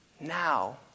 now